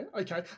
Okay